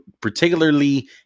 particularly